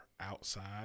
outside